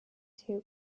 two